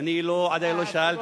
אני עד היום לא שאלתי.